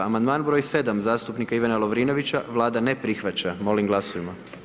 Amandman br. 7. zastupnika Ivana Lovrinovića Vlada ne prihvaća, molim glasujmo.